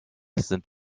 sind